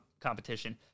competition